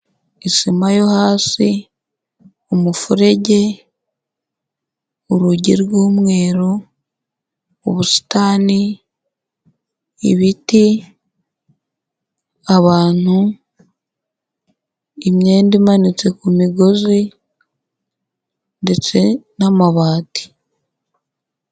Isima yo hasi, umufurege, urugi rw'umweru, ubusitani, ibiti, abantu, imyenda imanitse ku migozi, ndetse n'amabati.